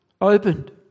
opened